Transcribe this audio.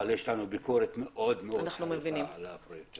אבל יש לנו ביקורת מאוד מאוד חריפה על הפרויקט הזה.